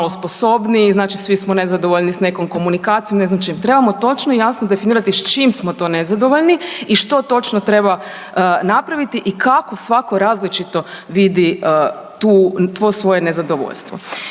znači svi smo nezadovoljni s nekom komunikacijom. Znači trebamo točno i jasno definirati s čim smo to nezadovoljni i što točno treba napraviti i kako svako različito vidi to svoje nezadovoljstvo.